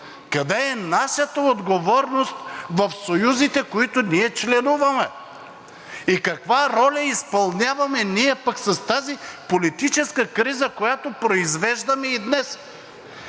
Къде е нашата отговорност в съюзите, в които ние членуваме? И каква роля изпълняваме ние с тази политическа криза, която произвеждаме и днес?